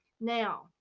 Now